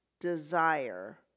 desire